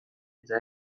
eta